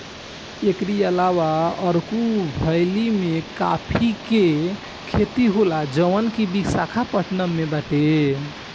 एकरी अलावा अरकू वैली में काफी के खेती होला जवन की विशाखापट्टनम में बाटे